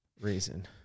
reason